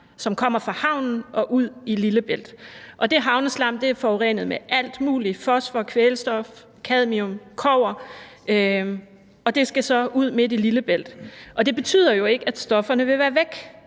som kommer fra havnen, ude i Lillebælt. Det havneslam er forurenet med alt muligt – fosfor, kvælstof, cadmium, kobber – og det skal så ud midt i Lillebælt. Og det betyder jo ikke, at stofferne vil være væk.